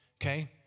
okay